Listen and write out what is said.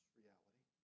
reality